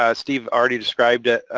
ah steve already described it,